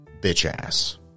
bitch-ass